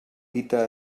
dita